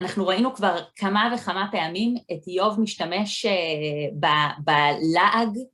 אנחנו ראינו כבר כמה וכמה טעמים את איוב משתמש בלעג.